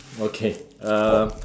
okay uh